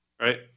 right